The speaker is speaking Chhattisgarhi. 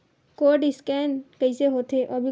कोर्ड स्कैन कइसे होथे?